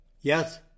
Yes